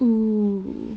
oo